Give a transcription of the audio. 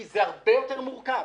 כי זה הרבה יותר מורכב,